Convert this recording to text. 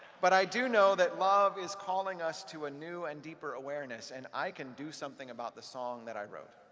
but i do know that love is calling us to a new and deeper awareness, and i can do something about the song that i wrote.